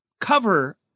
cover